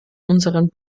unseren